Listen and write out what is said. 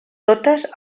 totes